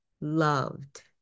loved